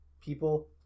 people